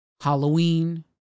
Halloween